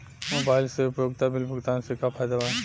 Mobile से उपयोगिता bill भुगतान से का फायदा बा?